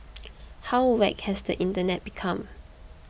how whacked has the internet become